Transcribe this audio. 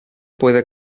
puede